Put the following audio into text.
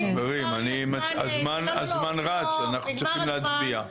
הזמן רץ, אנחנו צריכים להצביע.